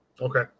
Okay